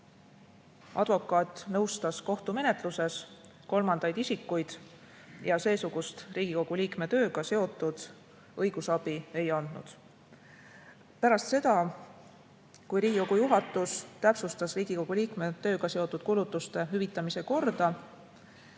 advokaat nõustas kohtumenetluses kolmandaid isikuid ja seesugust, Riigikogu liikme tööga seotud õigusabi ei andnud. Pärast seda, kui Riigikogu juhatus oli täpsustanud Riigikogu liikme tööga seotud kulutuste hüvitamise korda,